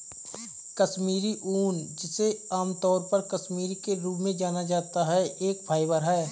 कश्मीरी ऊन, जिसे आमतौर पर कश्मीरी के रूप में जाना जाता है, एक फाइबर है